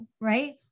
right